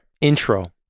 intro